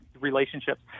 relationships